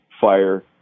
fire